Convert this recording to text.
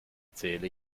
zähle